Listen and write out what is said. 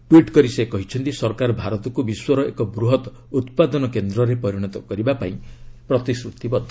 tweet କରି ସେ କହିଛନ୍ତି ସରକାର ଭାରତକୁ ବିଶ୍ୱର ଏକ ବୃହତ୍ ଉତ୍ପାଦନ କେନ୍ଦ୍ରରେ ପରିଣତ କରିବା ପାଇଁ ପ୍ରତିଶ୍ରତିବଦ୍ଧ